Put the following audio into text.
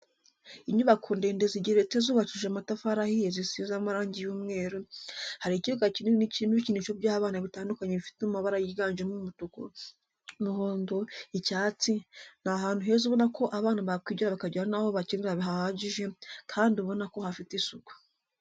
Inyubako ndende zigeretse zubakishije amatafari ahiye zisize amarangi y'umweru, hari ikibuga kinini kirimo ibikinisho by'abana bitandukanye bifite amabara yiganjemo umutuku, umuhondo, icyatsi, ni ahantu heza ubona ko abana bakwigira bakagira naho bakinira hahagije, kandi ubona ko hafite isuku.